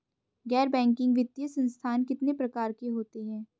गैर बैंकिंग वित्तीय संस्थान कितने प्रकार के होते हैं?